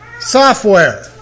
software